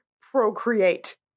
procreate